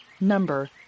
Number